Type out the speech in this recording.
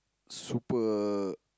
super